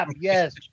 Yes